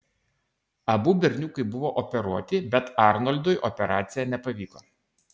abu berniukai buvo operuoti bet arnoldui operacija nepavyko